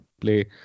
play